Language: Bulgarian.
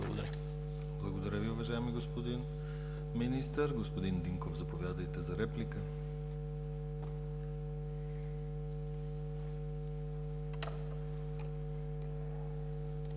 Благодаря Ви, уважаеми господин Министър. Господин Динков, заповядайте за реплика.